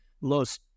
Los